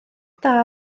dda